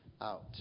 out